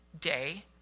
day